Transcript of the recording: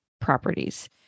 properties